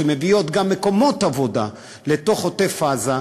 שמביאות גם מקומות עבודה לתוך עוטף-עזה,